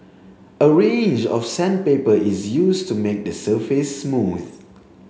a range of sandpaper is used to make the surface smooth